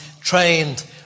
trained